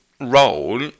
role